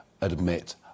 admit